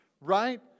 right